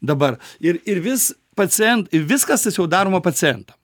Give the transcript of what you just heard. dabar ir ir vis pacien viskas tas jau daroma pacientam